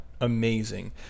amazing